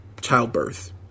childbirth